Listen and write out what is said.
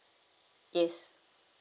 yes